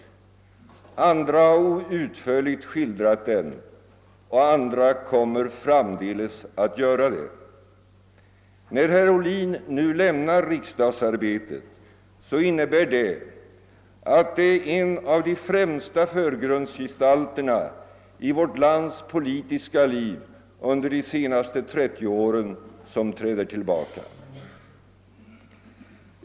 Många har utförligt skildrat den, och andra kommer framdeles att göra det. När herr Ohlin nu lämnar riksdagsarbetet så innebär det, att en av de främsta förgrundsgestalterna i vårt lands politiska liv under de senaste 30 åren träder tillbaka.